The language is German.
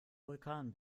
vulkan